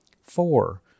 Four